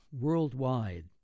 worldwide